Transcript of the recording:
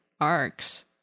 arcs